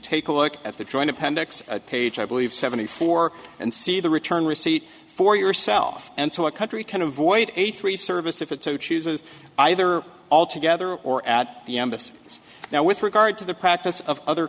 take a look at the joint appendix page i believe seventy four and see the return receipt for yourself and so a country can avoid a three service if it so chooses either all together or at the embassy now with regard to the practice of other